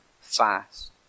fast